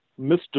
Mr